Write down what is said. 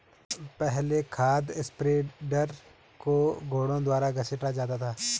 पहले खाद स्प्रेडर को घोड़ों द्वारा घसीटा जाता था